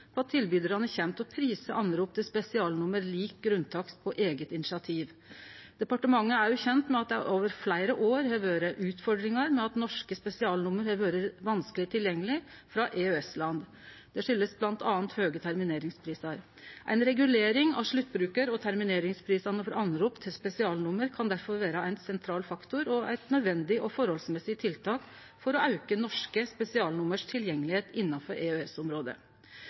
at tilbydarane kjem til å prise oppringing til spesialnummer lik grunntakst på eige initiativ. Departementet er òg kjent med at det over fleire år har vore utfordringar med at norske spesialnummer har vore vanskeleg tilgjengelege frå EØS-land. Det skuldast bl.a. høge termineringsprisar. Ei regulering av sluttbrukar- og termineringsprisane for oppringing til spesialnummer kan difor vere ein sentral faktor og eit nødvendig og proporsjonalt tiltak for å auke tilgjengelegheita på norske spesialnummer innanfor